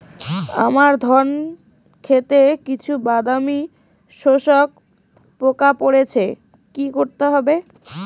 আমার ধন খেতে কিছু বাদামী শোষক পোকা পড়েছে কি করতে হবে?